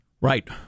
Right